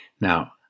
Now